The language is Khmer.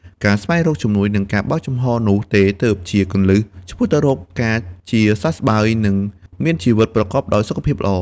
ការស្វែងរកជំនួយ និងការបើកចំហនោះទេ ទើបជាគន្លឹះឆ្ពោះទៅរកការជាសះស្បើយ និងមានជីវិតប្រកបដោយសុខភាពល្អ។